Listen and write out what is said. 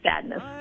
sadness